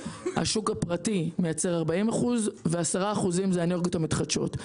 השוק הפרטי מייצר 40% ו-10% זה האנרגיות המתחדשות.